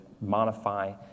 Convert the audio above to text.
modify